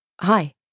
hi